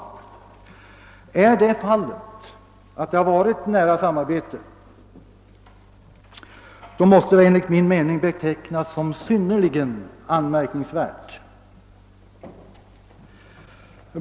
Har det varit nära samarbete, måste det enligt min mening betecknas som synnerligen anmärkningsvärt.